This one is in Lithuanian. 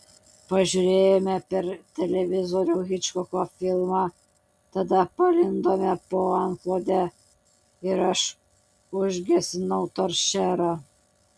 pažiūrėjome per televizorių hičkoko filmą tada palindome po antklode ir aš užgesinau toršerą